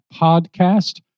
podcast